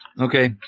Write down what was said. Okay